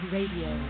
Radio